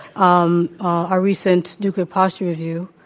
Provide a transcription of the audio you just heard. um our recent nuclear posture review,